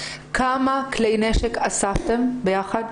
כמה כלי נשק אספתם ביחד?